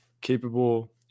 capable